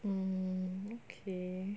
mm okay